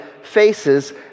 faces